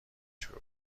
شروع